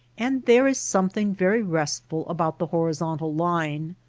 and there is something very restful about the horizontal line.